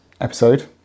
episode